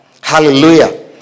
Hallelujah